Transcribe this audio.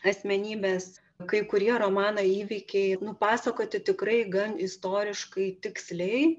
asmenybės kai kurie romano įvykiai nupasakoti tikrai gan istoriškai tiksliai